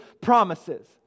promises